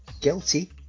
guilty